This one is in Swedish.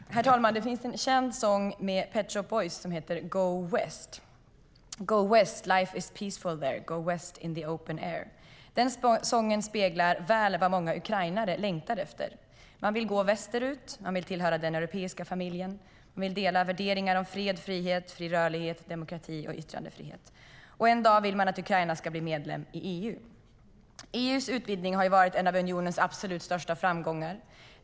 Herr talman! Det finns en känd sång med Pet Shop Boys som heter "Go West": In the open airEU:s utvidgning har varit en av unionens absolut största framgångar.